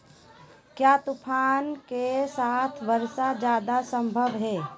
क्या तूफ़ान के साथ वर्षा जायदा संभव है?